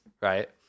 right